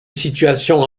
situation